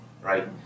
right